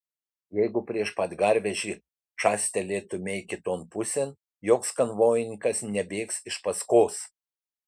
jeigu prieš pat garvežį šastelėtumei kiton pusėn joks konvojininkas nebėgs iš paskos